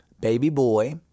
baby-boy